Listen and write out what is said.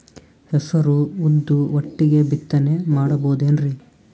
ಹೆಸರು ಉದ್ದು ಒಟ್ಟಿಗೆ ಬಿತ್ತನೆ ಮಾಡಬೋದೇನ್ರಿ?